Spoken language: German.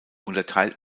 unterteilt